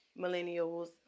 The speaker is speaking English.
millennials